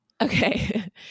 Okay